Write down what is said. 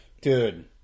Dude